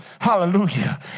Hallelujah